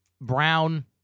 brown